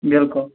بالکُل